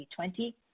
2020